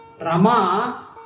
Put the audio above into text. Rama